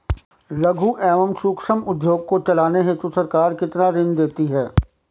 लघु एवं सूक्ष्म उद्योग को चलाने हेतु सरकार कितना ऋण देती है?